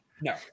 no